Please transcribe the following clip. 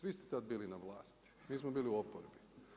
Vi ste tad bili na vlasti, mi smo bili u oporbi.